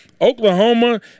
Oklahoma